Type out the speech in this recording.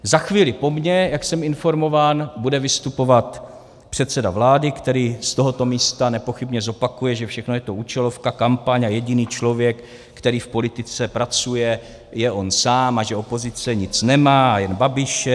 Za chvíli po mně, jak jsem informován, bude vystupovat předseda vlády, který z tohoto místa nepochybně zopakuje, že všechno je to účelovka, kampaň a jediný člověk, který v politice pracuje, je on sám a že opozice nic nemá, jen Babiše atd. atd.